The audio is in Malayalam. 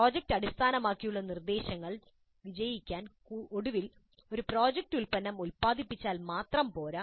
പ്രോജക്റ്റ് അടിസ്ഥാനമാക്കിയുള്ള നിർദ്ദേശങ്ങൾ വിജയിക്കാൻ ഒടുവിൽ ഒരു പ്രോജക്റ്റ് ഒരു ഉൽപ്പന്നം ഉൽപാദിപ്പിച്ചാൽ മാത്രം പോരാ